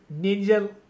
ninja